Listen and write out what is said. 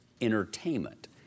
entertainment